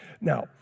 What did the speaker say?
Now